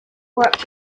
work